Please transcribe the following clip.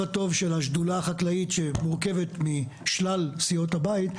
הטוב של השדולה החקלאית שמורכבת משלל סיעות הבית,